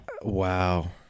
wow